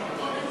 אין לשנות.